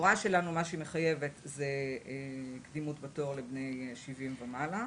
ההוראה שלנו מחייבת קדימות בתור לבני 70 ומעלה.